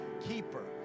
keeper